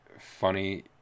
funny